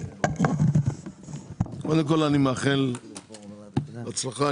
אני מאחל הצלחה.